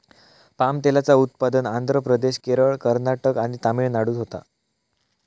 palm तेलाचा उत्पादन आंध्र प्रदेश, केरळ, कर्नाटक आणि तमिळनाडूत होता